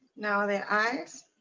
now the eyes,